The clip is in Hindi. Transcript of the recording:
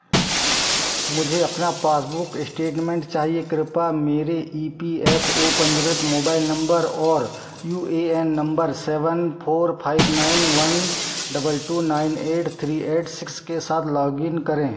मुझे अपना पास बुक स्टेटमेंट चाहिए कृपया मेरे ई पी एफ़ ओ पंजीकृत मोबाइल नंबर और U A N number seven four five nine one double two nine eight three eight six के साथ लॉगइन करें